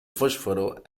fósforo